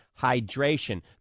hydration